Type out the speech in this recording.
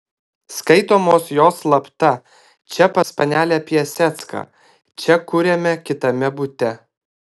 skaitomos jos slapta čia pas panelę piasecką čia kuriame kitame bute